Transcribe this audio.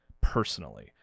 Personally